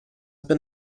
been